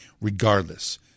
regardless